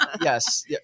Yes